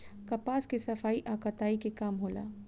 कपास के सफाई आ कताई के काम होला